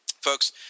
Folks